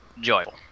Joyful